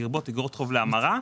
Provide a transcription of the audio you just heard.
לרבות אגרות חוב להמרה,